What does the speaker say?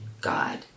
God